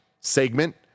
segment